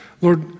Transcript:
Lord